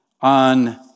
on